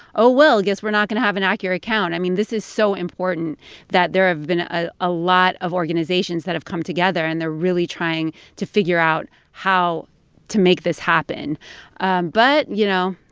oh, well guess we're not going to have an accurate count. i mean, this is so important that there have been a ah ah lot of organizations that have come together. and they're really trying to figure out how to make this happen but, you know,